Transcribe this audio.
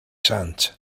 sant